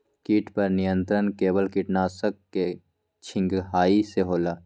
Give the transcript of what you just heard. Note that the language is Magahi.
किट पर नियंत्रण केवल किटनाशक के छिंगहाई से होल?